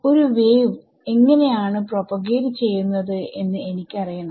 ഒരു വേവ് എങ്ങനെ ആണ് പ്രൊപോഗേറ്റ് ചെയ്യുന്നത് എന്ന് എനിക്ക് അറിയണം